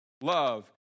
love